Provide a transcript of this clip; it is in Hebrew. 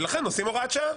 ולכן עושים הוראת שעה.